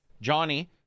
Johnny